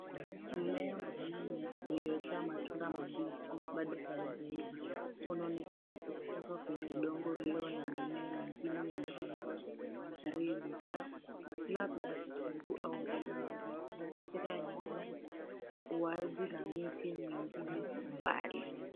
Mmea wa nyanya uliojaa matunda mabichi bado hayajaiva. Unaonekana kutuzwa kwenye udogo ulio na mimea mengine midogo midogo karibu labda vitunguu au mboga nyingine. Mazingira yanaonyesha uwazi na miti mingine kwa umbali.